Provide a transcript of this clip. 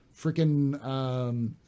Freaking